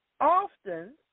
Often